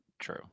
true